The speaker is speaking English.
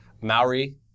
Maori